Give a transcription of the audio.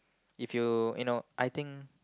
if you you know I think